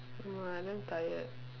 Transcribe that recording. I don't know I damn tired